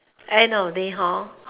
end of day hor